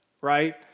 right